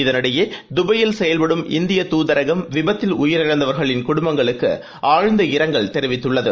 இதனிடையே துபாயில் செயல்படும் இந்திய தூதரகம் விபத்தில் உயிரிழந்தவர்களின் குடும்பங்களுக்கு ஆழ்ந்த இரங்கல் தெரிவித்துள்ளது